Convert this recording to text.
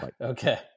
Okay